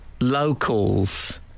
locals